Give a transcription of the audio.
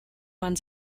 man